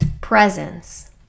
presence